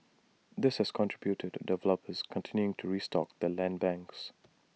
this has contributed to developers continuing to restock their land banks